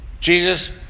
Jesus